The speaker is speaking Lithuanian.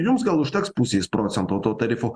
jums gal užteks pusės procento to tarifo